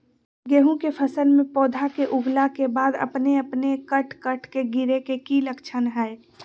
गेहूं के फसल में पौधा के उगला के बाद अपने अपने कट कट के गिरे के की लक्षण हय?